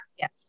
Yes